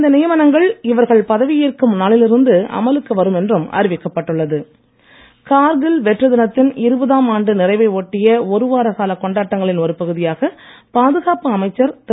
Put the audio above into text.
இந்த நியமனங்கள் இவர்கள் பதவியேற்கும் நாளில் இருந்து அமலுக்கு வரும் என்றும் அறிவிக்கப்பட்டுள்ளது கார்கில் வெற்றி தினத்தின் இருபதாம் ஆண்டு நிறைவை ஒட்டிய ஒரு வார கால கொண்டாட்டங்களின் ஒரு பகுதியாக பாதுகாப்பு அமைச்சர் திரு